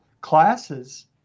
classes